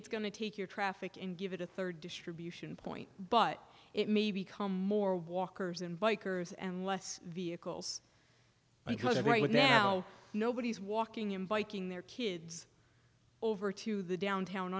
it's going to take your traffic and give it a third distribution point but it may become more walkers and bikers and less vehicles and closer right now nobody is walking in biking their kids over to the downtown